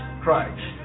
Christ